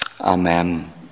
amen